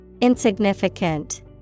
Insignificant